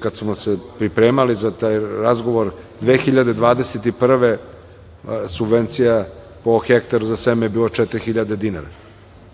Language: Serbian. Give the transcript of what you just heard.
kada smo se pripremali za taj razgovor 2021. godine, subvencija po hektaru za seme je bilo četiri